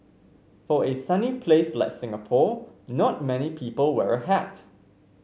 for a sunny place like Singapore not many people wear a hat